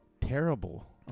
terrible